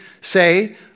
say